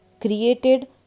created